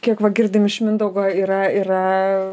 kiek va girdim iš mindaugo yra yra